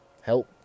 Help